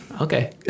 Okay